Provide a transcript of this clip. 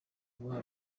baha